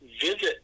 visit